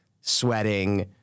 sweating